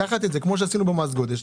לקחת את זה כמו במס גודש.